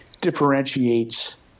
differentiates